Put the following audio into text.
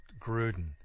Gruden